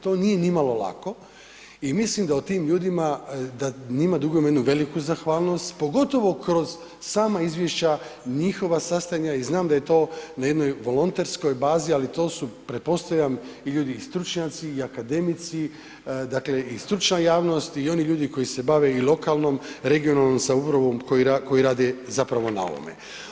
To nije nimalo lako i mislim da o tim ljudima, da njima dugujemo jednu veliku zahvalnost pogotovo kroz sama izvješća njihova sastavljanja i znam da je to na jednoj volonterskoj bazi, ali to su pretpostavljam ljudi i stručnjaci i akademici, dakle i stručna javnost i oni ljudi koji se bave i lokalnom, regionalnom samoupravom koji rade zapravo na ovome.